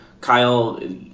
Kyle